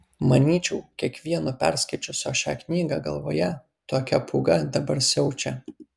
manyčiau kiekvieno perskaičiusio šią knygą galvoje tokia pūga dabar siaučia